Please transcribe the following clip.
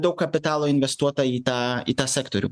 daug kapitalo investuota į tą į tą sektorių